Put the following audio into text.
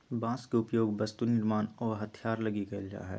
बांस के उपयोग वस्तु निर्मान आऊ हथियार लगी कईल जा हइ